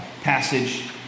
passage